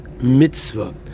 mitzvah